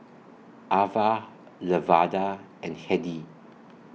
Avah Lavada and Hedy